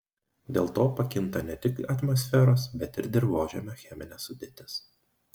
dėl to pakinta ne tik atmosferos bet ir dirvožemio cheminė sudėtis